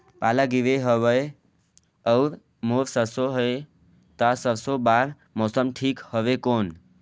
पाला गिरे हवय अउर मोर सरसो हे ता सरसो बार मौसम ठीक हवे कौन?